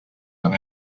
and